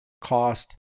cost